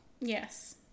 Yes